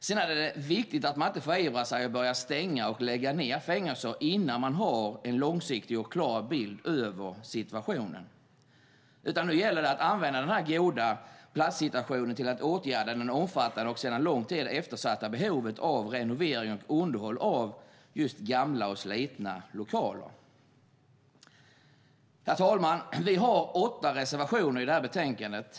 Sedan är det viktigt att man inte förivrar sig och börjar stänga och lägga ned fängelser innan man har en långsiktig och klar bild över situationen. Nu gäller det att använda den goda platssituationen till att åtgärda det omfattande och sedan lång tid eftersatta behovet av renovering och underhåll av just gamla och slitna lokaler. Herr talman! Vi har åtta reservationer i detta betänkande.